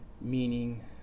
meaning